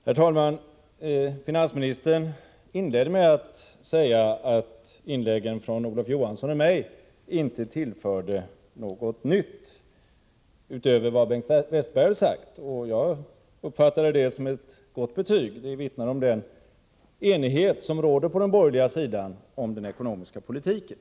Herr talman! Finansministern inledde med att säga att inläggen från Olof Johansson och mig inte tillförde något nytt utöver vad Bengt Westerberg hade sagt. Jag uppfattade det som ett gott betyg. Det vittnar om den enighet som råder på den borgerliga sidan om den ekonomiska politiken.